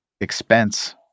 expense